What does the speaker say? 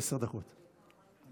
עשר דקות תמו.